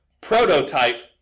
prototype